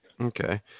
Okay